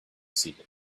seated